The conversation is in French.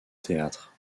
théâtre